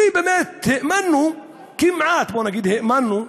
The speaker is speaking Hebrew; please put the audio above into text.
ובאמת, האמנו, כמעט, בוא נגיד, האמנו,